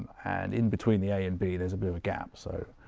and in between the a and b, there's a bit of a gap. so